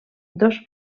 dos